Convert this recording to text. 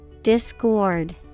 Discord